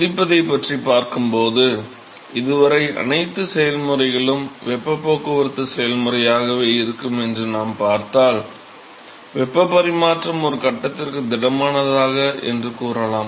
கொதிப்பதைப் பற்றி பார்க்கும்போது இதுவரை அனைத்து செயல்முறைகளும் வெப்பப் போக்குவரத்து செயல்முறையாகவே இருக்கும் என்று நாம் பார்த்ததால் வெப்பப் பரிமாற்றம் ஒரு கட்டத்திற்கு திடமானதாக என்று கூறலாம்